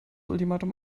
ultimatum